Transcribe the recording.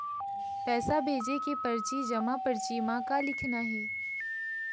पैसा भेजे के परची जमा परची म का लिखना हे?